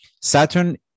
Saturn